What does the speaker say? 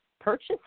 purchase